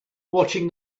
watching